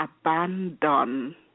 abandon